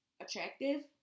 attractive